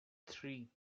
three